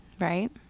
Right